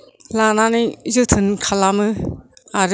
लानानै जोथोन खालामो आरो